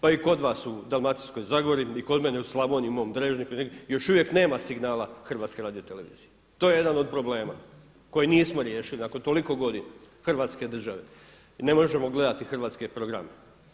Pa i kod vas u Dalmatinskoj zagori i kod mene u Slavoniji u mom Drežniku još uvijek nema signala HRT-a, to je jedan od problema koji nismo riješili nakon toliko godina Hrvatske države i ne možemo gledati hrvatske programe.